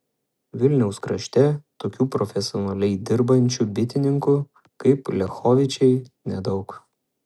vilniaus krašte tokių profesionaliai dirbančių bitininkų kaip liachovičiai nedaug